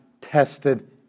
tested